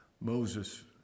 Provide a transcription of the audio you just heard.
Moses